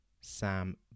Sam